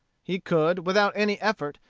he could, without any effort,